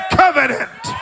covenant